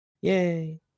Yay